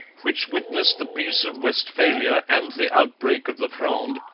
which witnessed the peace of westphalia and the outbreak of the fronde,